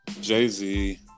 Jay-Z